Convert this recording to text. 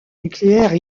nucléaire